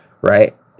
right